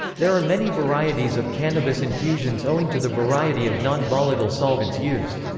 there are many varieties of cannabis infusions owing to the variety of non-volatile solvents used.